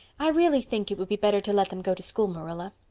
i really think it would be better to let them go to school, marilla.